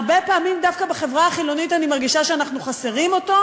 הרבה פעמים דווקא בחברה החילונית אני מרגישה שאנחנו חסרים אותו,